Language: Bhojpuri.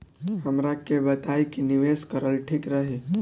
हमरा के बताई की निवेश करल ठीक रही?